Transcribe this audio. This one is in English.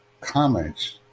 comments